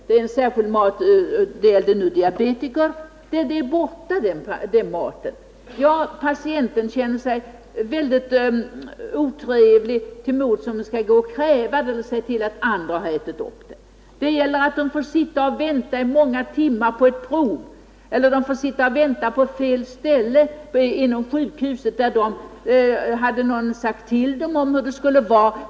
Patienten tycker att det är otrevligt att kräva den mat han är ordinerad eller att säga till att någon annan har ätit upp den. Vidare var man missnöjd med att få sitta och vänta i många timmar på ett prov eller sitta och vänta på fel ställe inom sjukhuset — någon borde ha kunnat ge upplysning om hur det skulle vara.